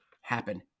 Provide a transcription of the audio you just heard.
happen